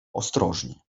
ostrożnie